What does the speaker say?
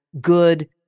good